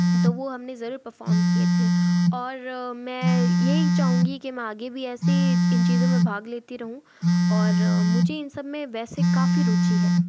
तो वो हम ने ज़रूर पफ़ोम किए थे और मैं यही चाहूँगी कि मैं आगे भी ऐसे ही इन चीज़ों में भाग लेती रहूँ और मुझे इन सब में वैसे काफ़ी रुचि है